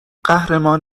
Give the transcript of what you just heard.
قهرمان